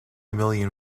million